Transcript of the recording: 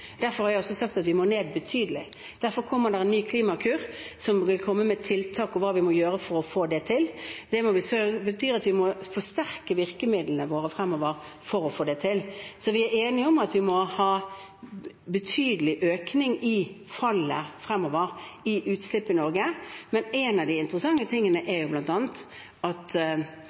Derfor har jeg også sagt at vi må betydelig ned. Derfor kommer det en ny klimakur med tiltak for hva vi må gjøre for å få det til. Det betyr at vi må forsterke virkemidlene våre fremover. Vi er enige om at vi fremover må ha en betydelig økning i fallet i utslippene i Norge, men en av de interessante tingene er